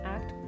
Act